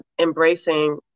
embracing